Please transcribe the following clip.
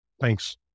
thanks